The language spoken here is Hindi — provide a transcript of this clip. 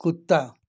कुत्ता